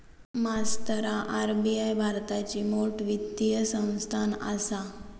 मास्तरा आर.बी.आई भारताची मोठ वित्तीय संस्थान आसा